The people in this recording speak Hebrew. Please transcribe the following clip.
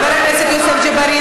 חבר הכנסת יוסף ג'בארין,